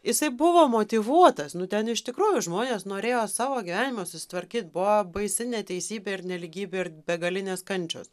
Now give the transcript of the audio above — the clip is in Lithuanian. jisai buvo motyvuotas nu ten iš tikrųjų žmonės norėjo savo gyvenimą susitvarkyt buvo baisi neteisybė ir nelygybė ir begalinės kančios